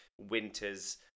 winter's